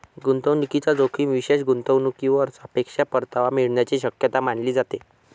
गुंतवणूकीचा जोखीम विशेष गुंतवणूकीवर सापेक्ष परतावा मिळण्याची शक्यता मानली जाते